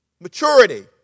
Maturity